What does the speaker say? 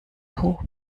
tobt